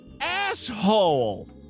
asshole